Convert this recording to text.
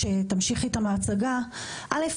א',